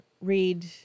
read